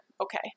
Okay